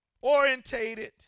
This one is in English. orientated